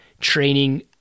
training